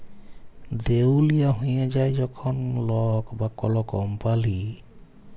দেউলিয়া হঁয়ে যায় যখল লক বা কল কম্পালি